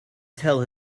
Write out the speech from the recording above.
tell